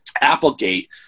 Applegate